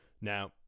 now